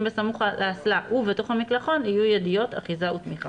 בסמוך לאסלה ובתוך המקלחון יהיו ידיות אחיזה ותמיכה.